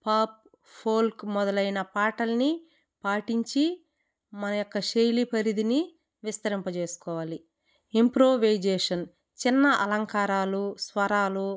pop folk మొదలైన పాటలని పాటించి మన యొక్క శైలి పరిధిని విస్తరింపజేసుకోవాలి ఇంప్రొవైజేషన్ చిన్న అలంకారాలు స్వరాలు